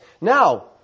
Now